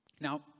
Now